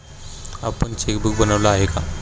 आपण चेकबुक बनवलं आहे का?